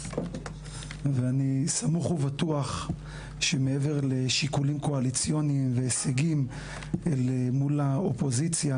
אני סמוך ובטוח שמעבר לשיקולים קואליציוניים והישגים למול האופוזיציה,